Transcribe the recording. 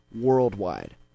worldwide